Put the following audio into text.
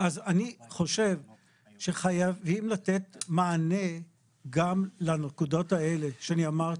אז אני חושב שחייבים לתת מענה גם לנקודות האלה שאני אמרתי.